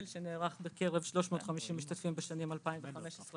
שנערך בקרב 350 משתתפים בשנים 2016-2015,